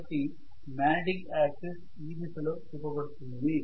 కాబట్టి magnetic axis ఈ దిశలో చూపబడుతుంది